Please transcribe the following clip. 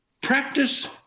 practice